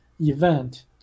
event